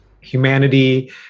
humanity